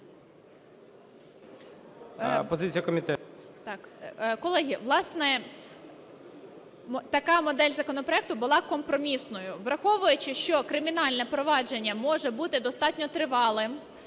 така модель законопроекту була компромісною. Враховуючи, що кримінальне провадження може бути достатньо тривалим,